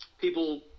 people